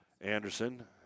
Anderson